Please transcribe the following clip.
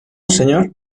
señor